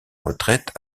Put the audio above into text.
retraite